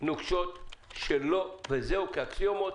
נוקשות כאקסיומות.